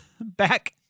back